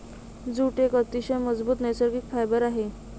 jute एक अतिशय मजबूत नैसर्गिक फायबर आहे